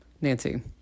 Nancy